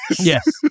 Yes